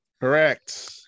Correct